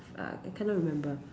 uh cannot remember